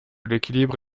l’équilibre